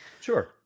Sure